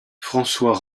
françois